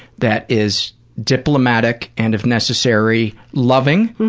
that is diplomatic and if necessary, loving,